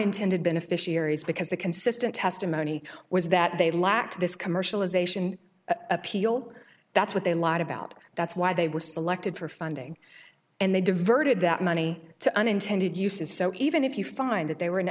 intended beneficiaries because the consistent testimony was that they lacked this commercialisation appeal that's what they lied about that's why they were selected for funding and they diverted that money to unintended uses so even if you find that they were